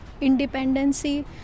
independency